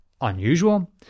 unusual